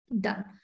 Done